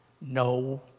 No